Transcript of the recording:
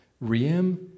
riem